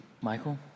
Michael